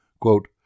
Quote